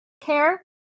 care